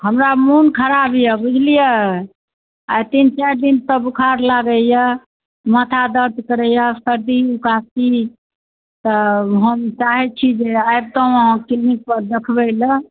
हमरा मोन खराब अइ बुझलिए आइ तीन चारि दिनसँ बोखार लागैए माथा दर्द करैए सर्दी उकासी तऽ हम चाहै छी जे आबितोँ क्लिनिकपर देखबै लए